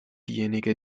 diejenige